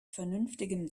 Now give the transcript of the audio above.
vernünftigem